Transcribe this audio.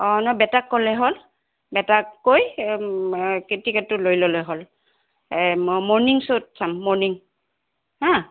অঁ ন বেটাক ক'লে হ'ল বেটাক কৈ কে টিকেতটো লৈ ল'লে হ'ল মই মৰ্ণিং শ্ব'ত চাম মৰ্ণিং হা